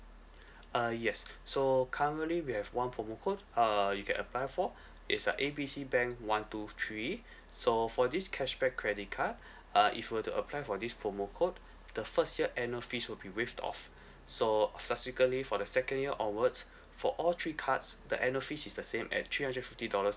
uh yes so currently we have one promo code uh you can apply for is a A B C bank one two three so for this cashback credit card uh if you were to apply for this promo code the first year annual fees will be waived off so of subsequently for the second year onwards for all three cards the annual fees is the same at three hundred fifty dollars